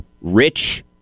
rich